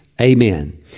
amen